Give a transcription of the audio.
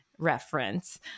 reference